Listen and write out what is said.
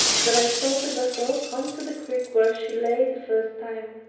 than i saw the vessel come to the creek where she lay the first time.